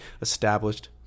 established